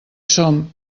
som